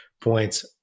points